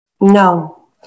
no